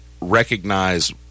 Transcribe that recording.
recognize